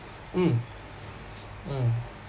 mm mm